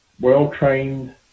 well-trained